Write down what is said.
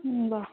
বাহ